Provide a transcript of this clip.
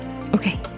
okay